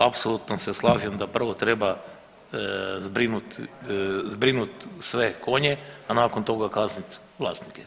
Apsolutno se slažem da prvo treba zbrinuti sve konje, a nakon toga kazniti vlasnike.